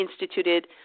instituted